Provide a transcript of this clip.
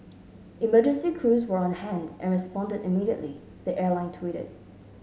emergency crews were on hand and responded immediately the airline tweeted